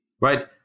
right